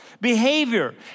behavior